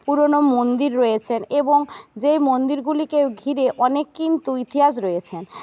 পুরনো মন্দির রয়েছেন এবং যেই মন্দিরগুলিকে ঘিরে অনেক কিন্তু ইতিহাস রয়েছেন